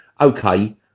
okay